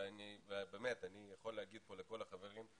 אני באמת יכול לומר לכל החברים,